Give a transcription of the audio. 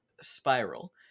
spiral